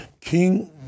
King